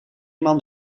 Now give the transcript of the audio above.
man